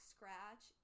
Scratch